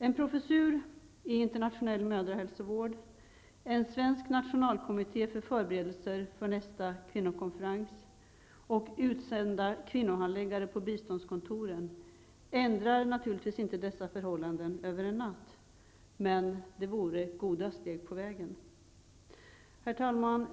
En professur i internationell mödrahälsovård, en svensk nationalkommitté för förberedelser inför nästa kvinnokonferens och utsända kvinnohandläggare på biståndskontoren ändrar naturligtvis inte dessa förhållanden över en natt, men de vore goda steg på vägen. Herr talman!